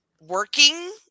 working